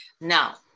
Now